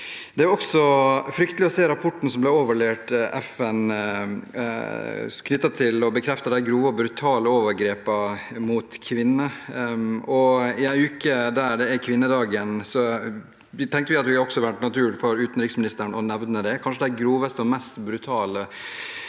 Det er også fryktelig å se rapporten som ble overlevert FN, og som bekrefter de grove og brutale overgrepene mot kvinner. I en uke der vi har kvinnedagen, tenkte vi at det også hadde vært naturlig for utenriksministeren å nevne det. Det er kanskje de groveste og mest brutale overgrepene